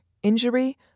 injury